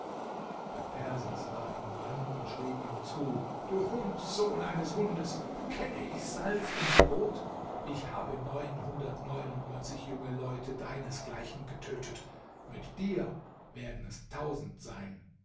der perser sah ihn an und schrie ihm zu du hund sohn eines hundes kenne ich salz und brot ich habe junge leute deinesgleichen getötet mit dir werden es tausend sein